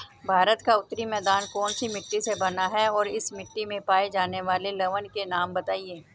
भारत का उत्तरी मैदान कौनसी मिट्टी से बना है और इस मिट्टी में पाए जाने वाले लवण के नाम बताइए?